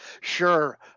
Sure